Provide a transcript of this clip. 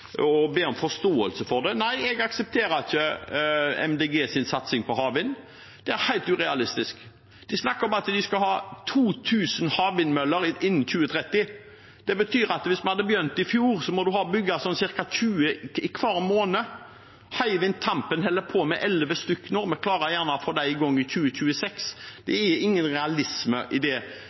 om forståelse for det. Nei, jeg aksepterer ikke Miljøpartiet De Grønnes satsing på havvind. Den er helt urealistisk. De snakker om at man skal ha 2 000 havvindmøller innen 2030. Det betyr at hvis vi hadde begynt i fjor, så måtte man ha bygd ca. 20 hver måned. Hywind Tampen holder på med elleve stykker, og vi klarer kanskje å få dem i gang i 2026. Det er ingen realisme i denne kraften som Miljøpartiet De Grønne tar opp. Det